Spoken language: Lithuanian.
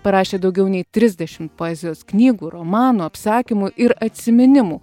parašė daugiau nei trisdešimt poezijos knygų romanų apsakymų ir atsiminimų